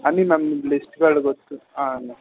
ಅಲ್ಲಿ ನಮ್ಮ ಲಿಸ್ಟ್ಗಳು ಗೊತ್ತು ಹಾಂ ಮ್ಯಾಮ್